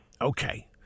Okay